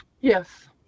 Yes